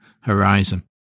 horizon